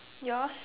yours